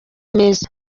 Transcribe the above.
meza